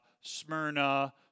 Smyrna